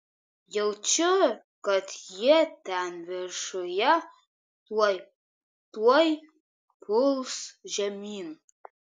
jaučiu kad jie ten viršuje tuoj tuoj puls žemyn